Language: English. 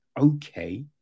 okay